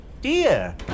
Dear